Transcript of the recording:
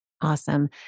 Awesome